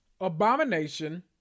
Abomination